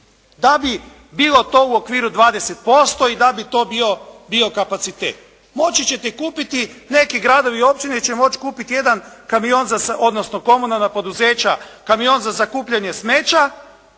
da bi bilo to u okviru 20% i da bi to bio kapacitet? Moći ćete kupiti neki gradovi i općine će moći kupiti jedan kamion, odnosno komunalna poduzeća, kamion za kupljenje smeća